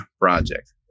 project